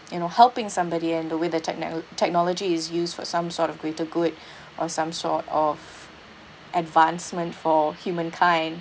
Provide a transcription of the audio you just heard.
you know helping somebody in the way the techno~ technology is used for some sort of greater good or some sort of advancement for humankind